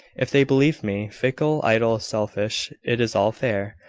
if they believed me fickle, idle, selfish, it is all fair.